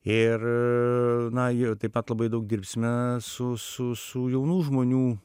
ir na jie taip pat labai daug dirbsime su su su jaunų žmonių